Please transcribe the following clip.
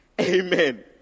Amen